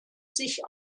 sich